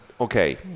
okay